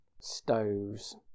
stoves